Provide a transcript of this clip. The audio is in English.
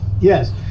Yes